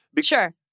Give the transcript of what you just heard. Sure